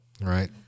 right